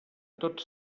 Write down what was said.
tots